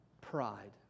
Pride